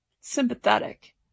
sympathetic